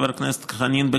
חבר הכנסת חנין,